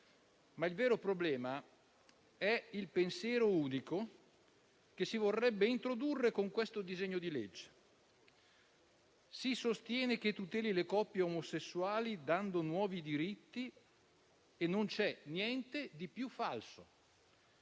ma il vero problema è il pensiero unico che si vorrebbe introdurre con questo disegno di legge. Si sostiene che esso tuteli le coppie omosessuali dando nuovi diritti, ma non c'è niente di più falso